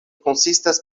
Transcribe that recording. konsistas